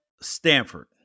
Stanford